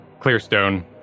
Clearstone